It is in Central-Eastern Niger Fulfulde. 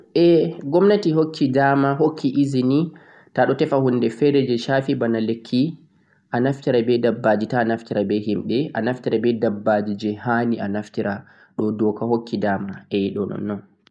Gomnati hokki dama ɓe naftira be dabbaje ha waɗugo practical haa laboratory koh haa makaranta